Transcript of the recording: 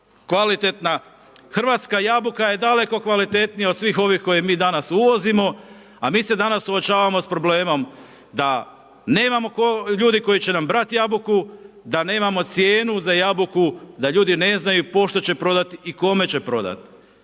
hrvatska jabuka je daleko kvalitetnija od svih ovih koje mi danas uvozimo, a mi se danas suočavamo s problemima da nemamo ljudi koji će nam brati jabuku, da nemamo cijenu za jabuku, da ljudi ne znaju pošto će prodati i kome će prodati.